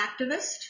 activist